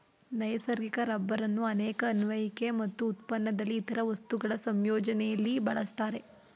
ನೈಸರ್ಗಿಕ ರಬ್ಬರನ್ನು ಅನೇಕ ಅನ್ವಯಿಕೆ ಮತ್ತು ಉತ್ಪನ್ನದಲ್ಲಿ ಇತರ ವಸ್ತುಗಳ ಸಂಯೋಜನೆಲಿ ಬಳಸ್ತಾರೆ